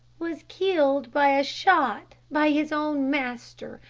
was killed by a shot by his own master,